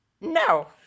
No